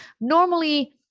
normally